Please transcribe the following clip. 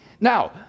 Now